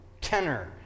tenor